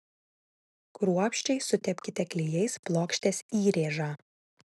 kruopščiai sutepkite klijais plokštės įrėžą